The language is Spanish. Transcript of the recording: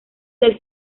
del